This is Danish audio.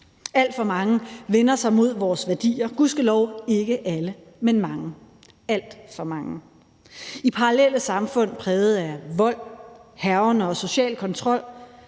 Alt for mange vender sig mod vores værdier, gudskelov ikke alle, men mange – alt for mange. I parallelle samfund præget af vold, hærgen og social kontrol